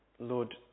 Lord